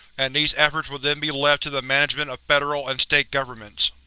and these efforts will then be left to the management of federal and state governments.